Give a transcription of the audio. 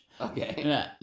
Okay